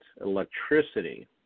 electricity